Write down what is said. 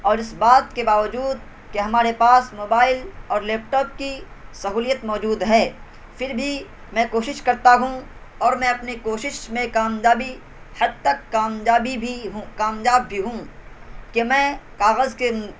اور اس بات کے باوجود کہ ہمارے پاس موبائل اور لیپ ٹاپ کی سہولت موجود ہے پھر بھی میں کوشش کرتا ہوں اور میں اپنی کوشش میں کامیابی حد تک کامیابی بھی ہوں کامیاب بھی ہوں کہ میں کاغذ کے